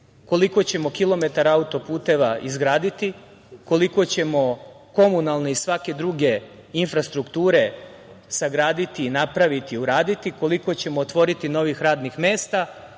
koliko ćemo kilometara autoputeva izgraditi, koliko ćemo komunalne i svake druge infrastrukture sagraditi i napraviti i uraditi, koliko ćemo otvoriti novih radnih mesta,